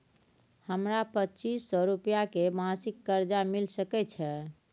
हमरा पच्चीस सौ रुपिया के मासिक कर्जा मिल सकै छै?